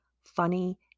funny